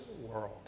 world